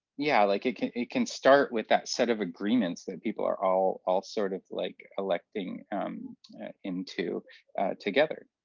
yeah, like it can it can start with that set of agreements that people are all all sort of like electing into together.